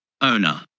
owner